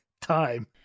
time